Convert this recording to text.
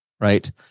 right